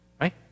right